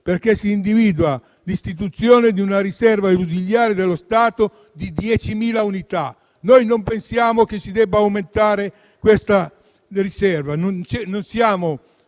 altro. Si individua infatti l'istituzione di una riserva ausiliare dello Stato di 10.000 unità. Noi non pensiamo si debba aumentare questa riserva, perché non siamo